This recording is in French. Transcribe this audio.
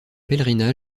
pèlerinage